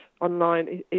online